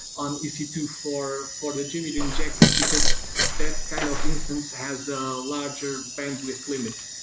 on e c two for for the jmeter injectors, because that kind of instance has a larger bandwidth limit.